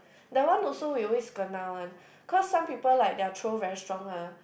that one also we always kena one cause some people like their throw very strong ah